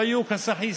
לא יהיו כסאחיסטים,